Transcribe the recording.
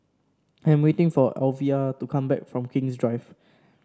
I am waiting for Alyvia to come back from King's Drive